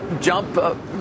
jump